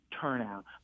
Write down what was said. turnout